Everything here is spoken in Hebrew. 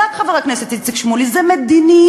צדק חבר הכנסת איציק שמולי: זו מדיניות.